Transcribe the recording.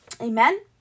amen